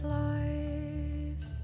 life